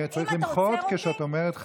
אני צריך למחות כשאת אומרת "חרדים".